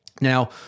Now